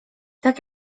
tak